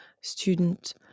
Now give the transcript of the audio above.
student